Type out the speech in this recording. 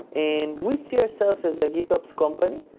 and we see ourselves as a gitops company.